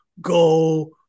go